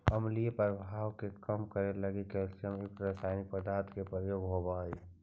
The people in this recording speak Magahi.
अम्लीय प्रभाव के कम करे लगी कैल्सियम युक्त रसायनिक पदार्थ के प्रयोग होवऽ हई